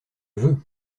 veux